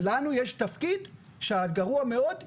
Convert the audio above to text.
ולנו יש תפקיד שהגרוע מאוד ישתנה.